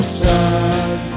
sun